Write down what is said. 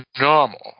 normal